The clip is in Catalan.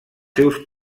seus